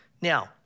Now